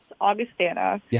Augustana